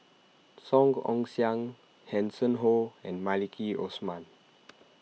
Song Ong Siang Hanson Ho and Maliki Osman